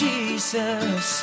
Jesus